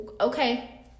okay